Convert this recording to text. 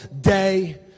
day